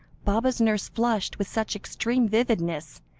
baba's nurse flushed with such extreme vividness,